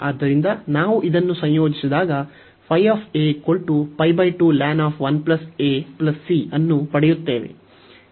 ಆದ್ದರಿಂದ ನಾವು ಇದನ್ನು ಸಂಯೋಜಿಸಿದಾಗ ಅನ್ನು ಪಡೆಯುತ್ತೇವೆ